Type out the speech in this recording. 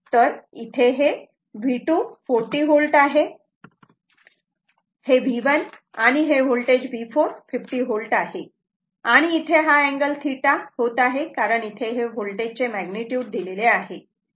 इथे हे V2 40 V आहे हे V1 आहे आणि हे होल्टेज V4 50 V आहे आणि इथे हा अँगल 𝛉 होत आहे कारण इथे वोल्टेज चे मॅग्निट्युड दिलेले आहे